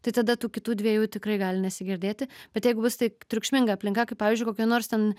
tai tada tų kitų dviejų tikrai gali nesigirdėti bet jeigu bus taip triukšminga aplinka kaip pavyzdžiui kokioj nors ten